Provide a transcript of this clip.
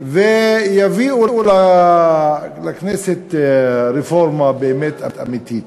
ויביאו לכנסת רפורמה אמיתית,